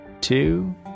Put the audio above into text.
two